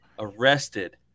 arrested